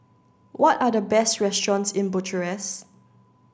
what are the best restaurants in Bucharest